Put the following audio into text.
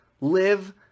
Live